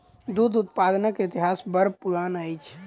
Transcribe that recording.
दूध उत्पादनक इतिहास बड़ पुरान अछि